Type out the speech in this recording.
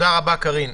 תודה רבה, קארין.